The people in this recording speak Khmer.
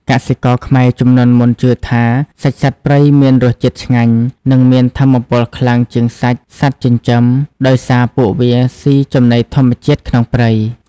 កសិករខ្មែរជំនាន់មុនជឿថា សាច់សត្វព្រៃមានរសជាតិឆ្ងាញ់ និងមានថាមពលខ្លាំងជាងសាច់សត្វចិញ្ចឹម ដោយសារពួកវាស៊ីចំណីធម្មជាតិក្នុងព្រៃ។